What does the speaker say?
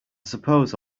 suppose